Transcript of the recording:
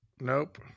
Nope